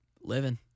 Living